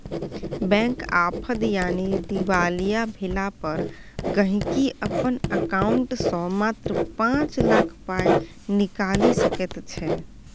bank आफद यानी दिवालिया भेला पर गांहिकी अपन एकांउंट सँ मात्र पाँच लाख पाइ निकालि सकैत छै